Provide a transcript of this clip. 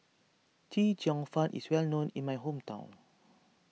Chee Cheong Fun is well known in my hometown